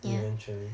eventually